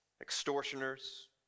extortioners